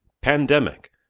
Pandemic